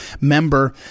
member